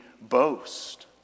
boast